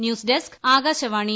news desk Akashvani